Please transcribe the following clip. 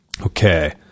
Okay